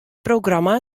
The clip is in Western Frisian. programma